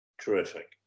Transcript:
Terrific